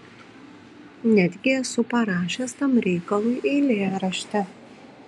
netgi esu parašęs tam reikalui eilėraštį